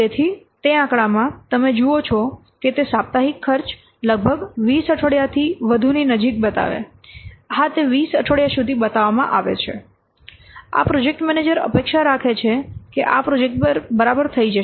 તેથી તે આંકડામાં તમે જુઓ છો કે તે સાપ્તાહિક ખર્ચ લગભગ 20 અઠવાડિયાથી વધુની નજીક બતાવે હા તે 20 અઠવાડિયા સુધી બતાવવામાં આવે છે આ પ્રોજેક્ટ મેનેજર અપેક્ષા રાખે છે કે આ પ્રોજેક્ટ બરાબર થઈ જશે